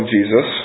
Jesus